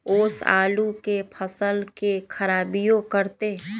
ओस आलू के फसल के खराबियों करतै?